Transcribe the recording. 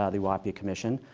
ah the whiaapi commission.